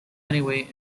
anyway